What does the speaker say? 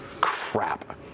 crap